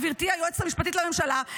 גברתי היועצת המשפטית לממשלה,